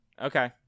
Okay